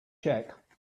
check